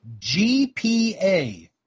GPA